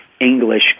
English